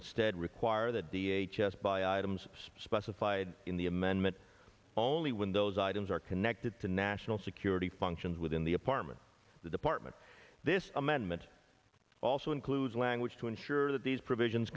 instead require that the h s buy items specified in the amendment only when those items are connected to national security functions within the apartment the department this amendment also includes language to ensure that these provisions